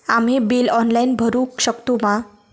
आम्ही bill online भरुक शकतू मा?